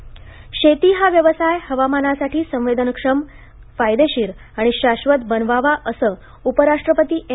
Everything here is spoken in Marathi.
व्यंकय्या नायड् शेती हा व्यवसाय हवामानासाठी संवेदनक्षम फायदेशीर आणि शाश्वत बनवावा असं उपराष्ट्रपती एम